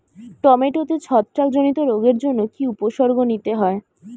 টমেটোতে ছত্রাক জনিত রোগের জন্য কি উপসর্গ নিতে হয়?